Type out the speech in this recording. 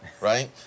right